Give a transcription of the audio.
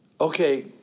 Okay